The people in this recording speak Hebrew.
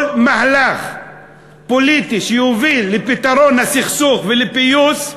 כל מהלך פוליטי שיוביל לפתרון הסכסוך ולפיוס,